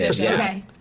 Okay